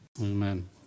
Amen